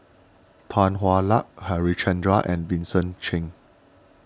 Tan Hwa Luck Harichandra and Vincent Cheng